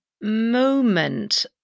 moment